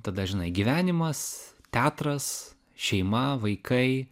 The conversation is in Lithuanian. tada žinai gyvenimas teatras šeima vaikai